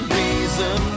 reason